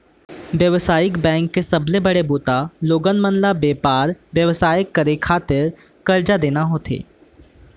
बेवसायिक बेंक के सबले बड़का बूता लोगन मन ल बेपार बेवसाय करे खातिर करजा देना होथे